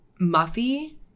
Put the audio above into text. Muffy